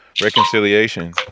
reconciliation